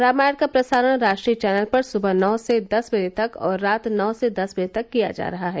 रामायण का प्रसारण राष्ट्रीय चैनल पर सुबह नौ से दस बजे तक और रात नौ से दस बजे तक किया जा रहा है